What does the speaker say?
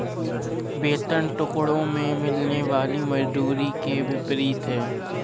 वेतन टुकड़ों में मिलने वाली मजदूरी के विपरीत है